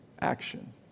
action